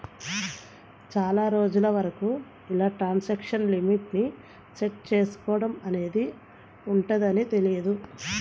చాలా రోజుల వరకు ఇలా ట్రాన్సాక్షన్ లిమిట్ ని సెట్ చేసుకోడం అనేది ఉంటదని తెలియదు